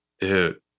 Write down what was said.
Dude